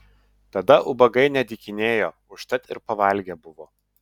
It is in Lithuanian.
tada ubagai nedykinėjo užtat ir pavalgę buvo